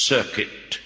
Circuit